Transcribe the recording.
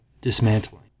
dismantling